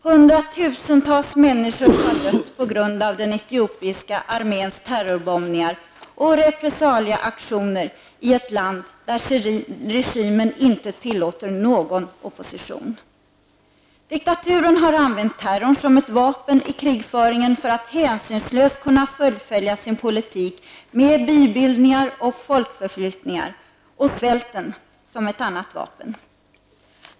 Hundratusentals människor har dött på grund av den etiopiska arméns terrorbombningar och repressalieaktioner i ett land där regimen inte tillåter någon opposition. Diktaturen har använt terrorn som ett vapen i krigföringen för att hänsynslöst kunna fullfölja sin politik med bybildningar och folkförflyttningar, och man har använt svälten som ett annat vapen.